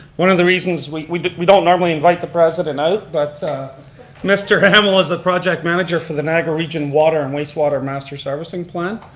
one of the reasons, we we don't normally invite the president out, but mr. hamel is the project manager for the niagara region water and wastewater of master servicing plan,